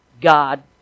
God